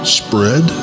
spread